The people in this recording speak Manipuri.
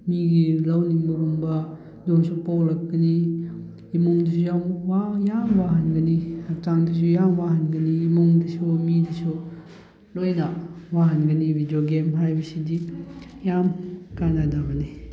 ꯃꯤꯒꯤ ꯂꯧꯅꯤꯡꯕꯒꯨꯝꯕ ꯑꯗꯨꯁꯨ ꯄꯣꯛꯂꯛꯀꯅꯤ ꯏꯃꯨꯡꯗꯁꯨ ꯌꯥꯝ ꯌꯥꯝ ꯋꯥꯍꯟꯒꯅꯤ ꯍꯛꯆꯥꯡꯗꯁꯨ ꯌꯥꯝ ꯋꯥꯍꯟꯒꯅꯤ ꯏꯃꯨꯡꯗꯁꯨ ꯃꯤꯗꯁꯨ ꯂꯣꯏꯅ ꯋꯥꯍꯟꯒꯅꯤ ꯚꯤꯗꯤꯑꯣ ꯒꯦꯝ ꯍꯥꯏꯕꯁꯤꯗꯤ ꯌꯥꯝ ꯀꯥꯟꯅꯗꯕꯅꯦ